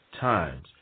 times